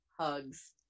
hugs